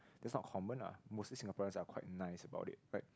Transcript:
that's not common ah mostly Singaporeans are quite nice about it like